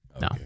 no